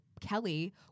kelly